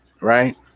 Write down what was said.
right